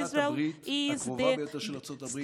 ישראל היא בעלת הברית הקרובה ביותר של ארצות הברית,